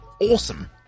Awesome